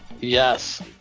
Yes